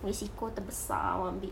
risiko terbesar awak ambil